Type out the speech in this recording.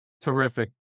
Terrific